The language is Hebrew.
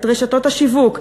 את רשתות השיווק,